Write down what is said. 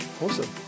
awesome